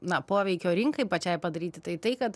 na poveikio rinkai pačiai padaryti tai tai kad